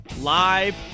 live